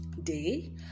day